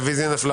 הרביזיה נדחתה.